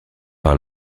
par